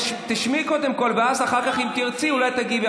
תשמעי קודם כול, ואם אחר כך תרצי, אולי תגיבי.